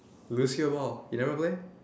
lose you ball you never play